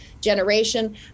generation